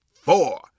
four